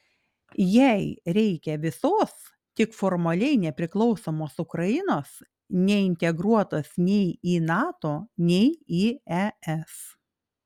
jai reikia visos tik formaliai nepriklausomos ukrainos neintegruotos nei į nato nei į es